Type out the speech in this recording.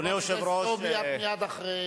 חברת הכנסת זועבי, את מייד אחרי